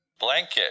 blanket